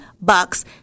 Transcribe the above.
bucks